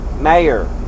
Mayor